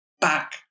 back